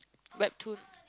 Webtoon